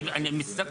אני מצטער,